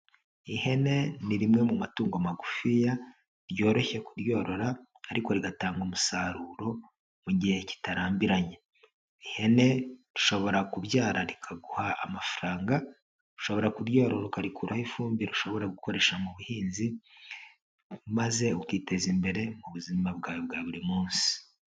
Ihene ni rimwe mu matungo magufiya ryoroshye kuryorora ariko rigatanga umusaruro mu gihe kitarambiranye, ihene rishobora kubyara rikaguha amafaranga, ushobora kuryororo ukarikuraho ifumbire ushobora gukoresha mu buhinzi maze ukiteza imbere mu buzima bwawe bwa buri munsi.